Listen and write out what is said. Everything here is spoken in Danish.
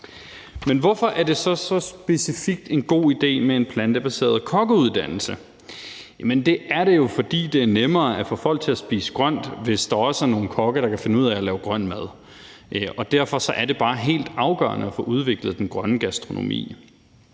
Men hvorfor er det så specifikt en god idé med en plantebaseret kokkeuddannelse? Det er det jo, fordi det er nemmere at få folk til at spise grønt, hvis der også er nogle kokke, der kan finde ud af at lave grøn mad. Derfor er det bare helt afgørende at få udviklet den grønne gastronomi.